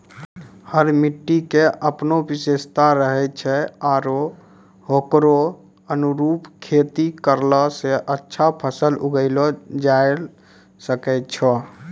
हर मिट्टी के आपनो विशेषता रहै छै आरो होकरो अनुरूप खेती करला स अच्छा फसल उगैलो जायलॅ सकै छो